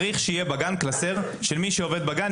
צריך שבגן יהיה קלסר שמי שעובד בגן,